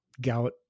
gout